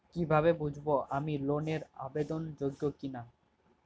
কীভাবে বুঝব আমি লোন এর আবেদন যোগ্য কিনা?